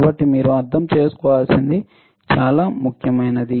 కాబట్టి మీరు అర్థం చేసుకోవలసినది చాలా ముఖ్యమైనది